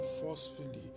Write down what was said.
forcefully